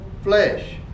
flesh